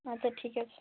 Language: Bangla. আচ্ছা ঠিক আছে